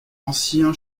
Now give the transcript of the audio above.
ancien